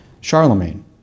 Charlemagne